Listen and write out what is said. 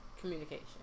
Communication